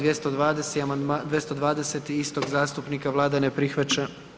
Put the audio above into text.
220.-ti amandman istog zastupnika, Vlada ne prihvaća.